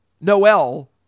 Noel